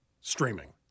streaming